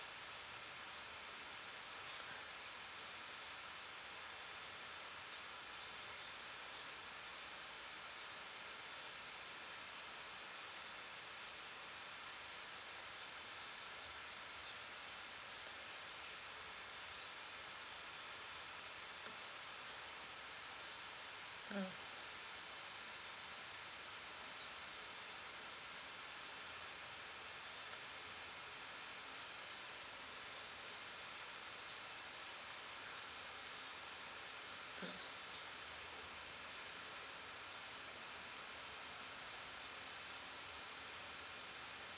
mm